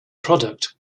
product